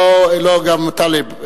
גם טלב.